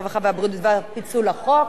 הרווחה והבריאות בדבר פיצול הצעת חוק